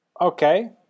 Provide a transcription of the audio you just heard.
Okay